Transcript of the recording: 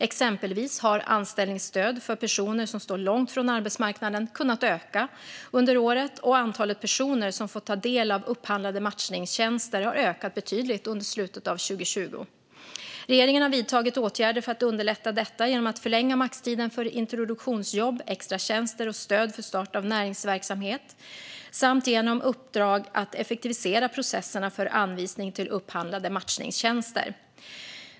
Exempelvis har anställningsstöd för personer som står långt från arbetsmarknaden kunnat öka under året, och antalet personer som får ta del av upphandlade matchningstjänster har ökat betydligt under slutet av 2020. Regeringen har vidtagit åtgärder för att underlätta detta genom att förlänga maxtiden för introduktionsjobb, extratjänster och stöd för start av näringsverksamhet samt genom uppdrag att effektivisa processerna för anvisning till upphandlade matchningstjänster.